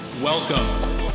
Welcome